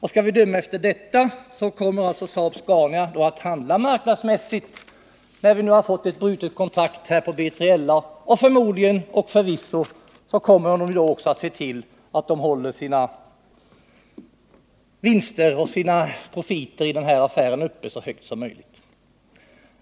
Skall vi-döma efter detta uttalande kommer Saab-Scania att handla marknadsmässigt, när vi nu har fått ett brutet kontrakt här på BILA, och förvisso kommer företagen också att se till att hålla uppe sina profiter i denna affär så högt som möjligt.